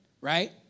right